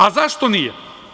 A zašto nije?